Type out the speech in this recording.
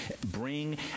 bring